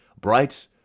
bright